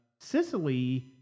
Sicily